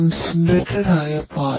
concentrated ആയ പാൽ